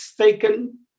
taken